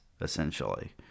essentially